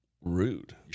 Rude